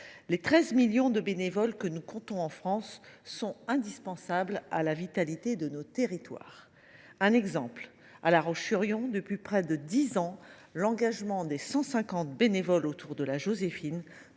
les 13 millions de bénévoles que nous comptons en France sont indispensables à la vitalité de nos territoires. À La Roche sur Yon, par exemple, depuis près de dix ans, l’engagement des 150 bénévoles autour de La Joséphine